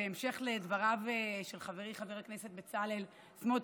בהמשך לדבריו של חברי חבר הכנסת בצלאל סמוטריץ',